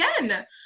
again